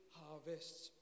harvests